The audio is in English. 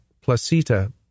Placita